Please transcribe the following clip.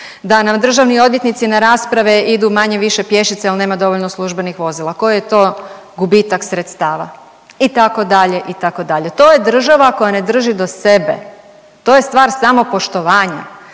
Da, državni odvjetnici na rasprave idu manje-više pješice jer nema dovoljno službenih vozila. Koji je to gubitak sredstava? Itd. itd. To je država koja ne drži do sebe, to je stvar samopoštovanja.